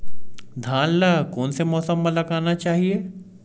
धान ल कोन से मौसम म लगाना चहिए?